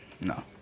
No